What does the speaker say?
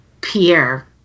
Pierre